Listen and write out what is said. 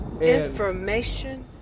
Information